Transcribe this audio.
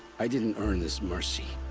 i didn't earn this mercy.